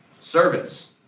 Servants